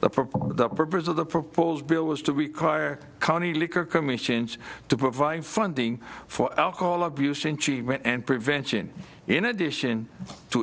but for the purpose of the proposed bill was to require county liquor commissions to provide funding for alcohol abuse in treatment and prevention in addition to